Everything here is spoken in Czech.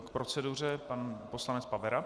K proceduře pan poslanec Pavera.